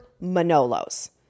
Manolo's